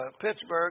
Pittsburgh